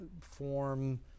form